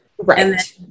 Right